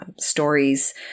stories